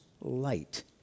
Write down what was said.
light